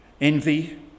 envy